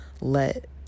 let